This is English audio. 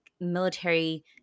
military